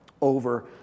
over